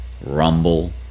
Rumble